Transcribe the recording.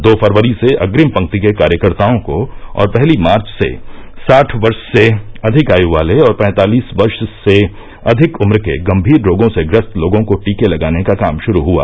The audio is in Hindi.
दो फरवरी से अग्रिम पंक्ति के कार्यकर्ताओं को और पहली मार्च से साठ वर्ष से अधिक आयु वाले और पैंतालीस वर्ष से अधिक उम्र के गंभीर रोगों से ग्रस्त लोगों को टीके लगाने का काम शुरू हुआ